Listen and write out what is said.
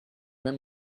même